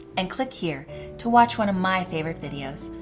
and click here to watch one of my favorite videos.